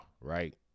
right